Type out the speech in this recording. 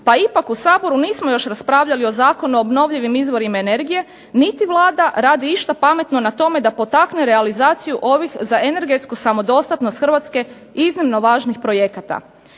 pa ipak u Saboru nismo još raspravljali o Zakonu o obnovljivim izvorima energije niti Vlada radi išta pametno na tome da potakne realizaciju ovih za energetsku samodostatnost Hrvatske iznimno važnih projekata.